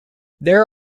there